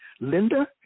Linda